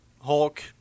Hulk